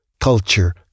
culture